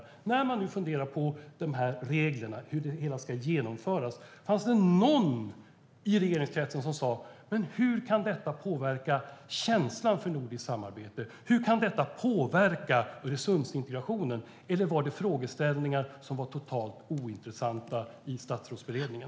Jag undrar hur det var när man funderade på de här reglerna och hur det hela skulle genomföras. Jag undrar om det fanns någon i regeringskretsen som sa: Hur kan detta påverka känslan för nordiskt samarbete? Hur kan detta påverka Öresundsintegrationen? Eller var det frågeställningar som var totalt ointressanta i Statsrådsberedningen?